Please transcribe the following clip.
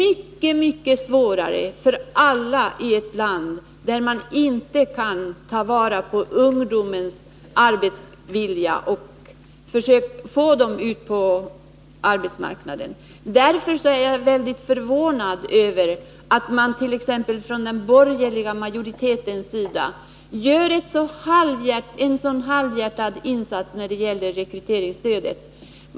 Det blir svårare för alla i landet, om man inte kan ta vara på ungdomens arbetsvilja och få ut ungdomarna på arbetsmarknaden. Därför är jag förvånad över att man från den borgerliga majoritetens sida gör en så halvhjärtad insats när det gäller t.ex. rekryteringsstödet.